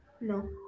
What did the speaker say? no